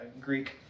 Greek